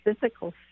physical